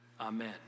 Amen